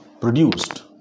produced